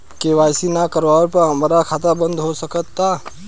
KYC ना करवाइला पर हमार खाता बंद हो सकत बा का?